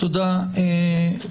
אנחנו עסקנו